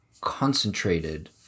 concentrated